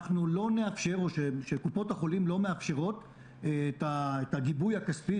אנחנו לא נאפשר או שקופות החולים לא יאפשרו את הגיבוי הכספי,